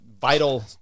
vital